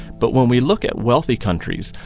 but when we look at wealthy countries,